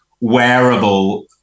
wearable